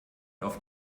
auf